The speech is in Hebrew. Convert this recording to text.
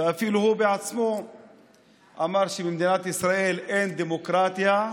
ואפילו הוא בעצמו אמר שבמדינת ישראל אין דמוקרטיה,